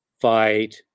fight